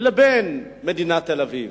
ובין מדינת תל-אביב?